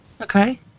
Okay